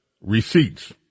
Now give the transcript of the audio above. receipts